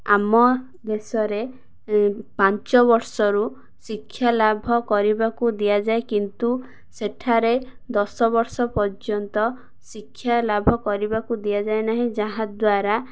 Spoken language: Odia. ଆମ ଦେଶରେ ପାଞ୍ଚ ବର୍ଷରୁ ଶିକ୍ଷା ଲାଭ କରିବାକୁ ଦିଆଯାଏ କିନ୍ତୁ ସେଠାରେ ଦଶ ବର୍ଷ ପର୍ଯ୍ୟନ୍ତ ଶିକ୍ଷା ଲାଭ କରିବାକୁ ଦିଆଯାଏ ନାହିଁ ଯାହାଦ୍ୱାରା